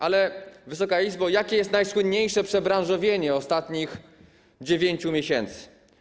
Ale, Wysoka Izbo, jakie było najsłynniejsze przebranżowienie ostatnich 9 miesięcy?